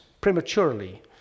prematurely